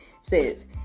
says